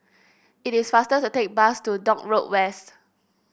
it is faster to take the bus to Dock Road West